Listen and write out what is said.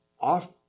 off